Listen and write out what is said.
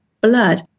blood